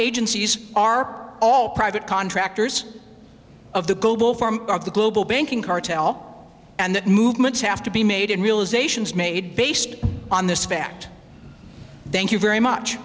agencies are all private contractors of the global form of the global banking cartel and that movements have to be made in realizations made based on this fact thank you very much